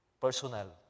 personal